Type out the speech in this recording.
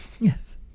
Yes